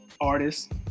artist